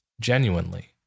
genuinely